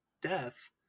death